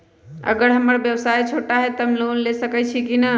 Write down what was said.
अगर हमर व्यवसाय छोटा है त हम लोन ले सकईछी की न?